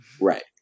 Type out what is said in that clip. Right